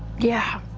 yeah,